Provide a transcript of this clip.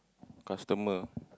customer